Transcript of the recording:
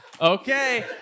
Okay